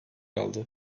aldı